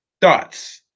thoughts